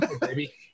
baby